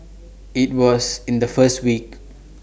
IT was in the first week